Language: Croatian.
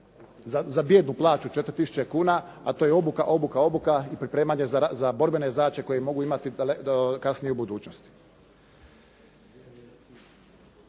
za bijednu plaću 4000 kuna, a to je obuka, obuka, obuka i pripremanje za borbene zadaće koje mogu biti kasnije i u budućnosti.